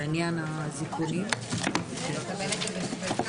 הישיבה ננעלה בשעה